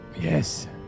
Yes